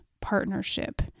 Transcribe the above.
partnership